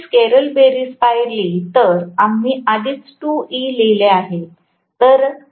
जर मी स्केलर बेरीज पाहिली तर आम्ही आधीच 2E लिहिले आहे